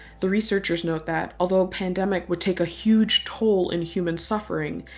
the researchers note that. although a pandemic would take a huge toll in human suffering,